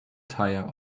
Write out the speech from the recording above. tire